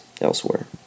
elsewhere